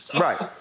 Right